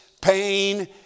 pain